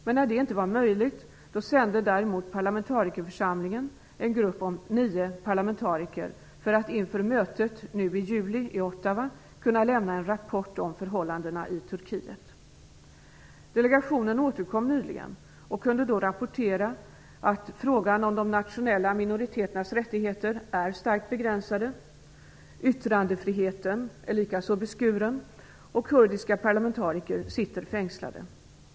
Men när det inte var möjligt sände parlamentarikerförsamlingen en grupp om nio parlamentariker för att inför mötet nu i juli i Ottawa kunna lämna en rapport om förhållandena i Turkiet. Delegationen återkom nyligen och kunde då rapportera i frågan att de nationella minoriteternas rättigheter är starkt begränsade. Likaså är yttrandefriheten beskuren, och kurdiska parlamentariker sitter fängslade.